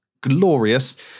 glorious